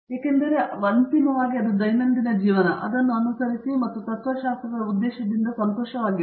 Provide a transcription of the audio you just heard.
ಏಕೆಂದರೆ ಅಂತಿಮವಾಗಿ ಅದು ದೈನಂದಿನ ಜೀವನ ಅದನ್ನು ಅನುಸರಿಸಿ ಮತ್ತು ತತ್ತ್ವಶಾಸ್ತ್ರದ ಉದ್ದೇಶದಿಂದ ಸಂತೋಷವಾಗಿರಿ